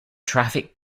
traffic